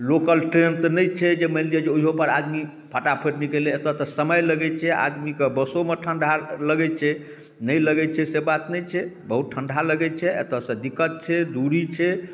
local train तऽ नहि छै जे मानि लिअ जे ओहियो पर आदमी फटाफट निकैल जेतै एतऽ तऽ समय लगै छै आदमीके बसो मे ठंडा लगै छै नहि लगै छै से बात नहि छै बहुत ठंडा लगै छै एतऽ सऽ दिक्कत छै दूरी छै